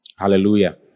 Hallelujah